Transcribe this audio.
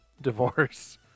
divorce